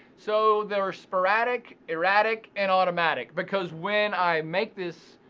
so there are sporadic, erratic, and automatic because when i make this.